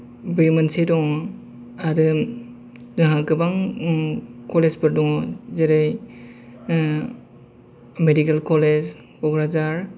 बे मोनसे दङ आरो जोंहा गोबां ओम कलेजफोर दङ जेरै ओ मेदिकेल कलेज कक्राझार